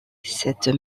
cette